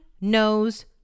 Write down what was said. knows